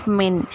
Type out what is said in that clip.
men